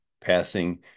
passing